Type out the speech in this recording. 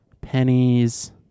pennies